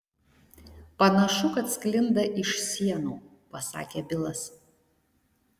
panašu kad sklinda iš sienų pasakė bilas